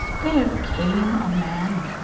there came a man,